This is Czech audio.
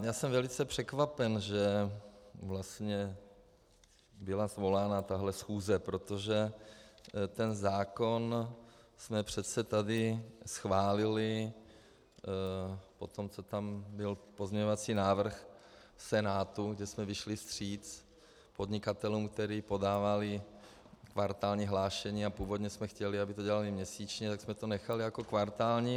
Já jsem velice překvapen, že vlastně byla svolána tahle schůze, protože ten zákon jsme přece tady schválili, poté co tam byl pozměňovací návrh Senátu, tak jsme vyšli vstříc podnikatelům, kteří podávali kvartální hlášení, a původně jsme chtěli, aby to dělali měsíčně, tak jsme to nechali jako kvartální.